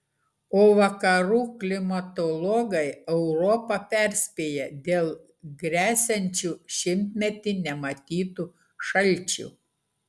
o vakarų klimatologai europą perspėja dėl gresiančių šimtmetį nematytų šalčių